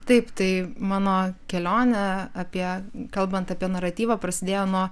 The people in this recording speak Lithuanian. taip tai mano kelionė apie kalbant apie naratyvą prasidėjo nuo